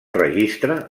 registre